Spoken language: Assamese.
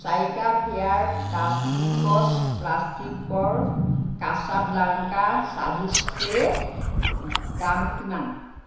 চাৰিটা ফেয়াৰ প্লাষ্টিকছ প্লাষ্টিকৰ কাছাব্লাংকা চাভিচ ট্ৰেৰ দাম কিমান